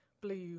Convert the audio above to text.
blue